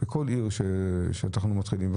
בכל עיר שאנחנו מתחילים.